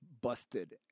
busted